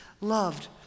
loved